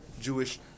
Jewish